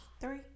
three